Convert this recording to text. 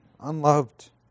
unloved